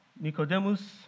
Nicodemus